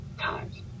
times